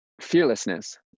fearlessness